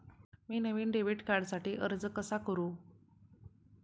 मी नवीन डेबिट कार्डसाठी अर्ज कसा करू?